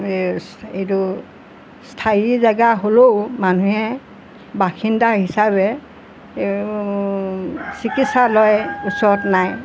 এই এইটো স্থায়ী জেগা হ'লেও মানুহে বাসিন্দা হিচাপে চিকিৎসালয় ওচৰত নাই